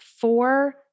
four